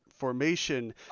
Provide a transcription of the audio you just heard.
formation